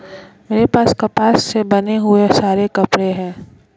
मेरे पास कपास से बने बहुत सारे कपड़े हैं